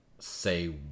Say